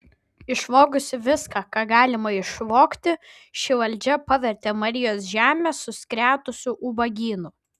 išvogusi viską ką galima išvogti ši valdžia pavertė marijos žemę suskretusiu ubagynu